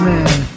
Man